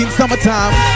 summertime